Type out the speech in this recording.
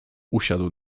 usiadł